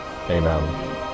Amen